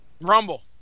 Rumble